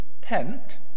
tent